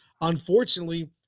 unfortunately